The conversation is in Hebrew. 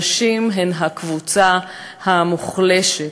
הנשים הן הקבוצה המוחלשת.